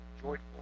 joyful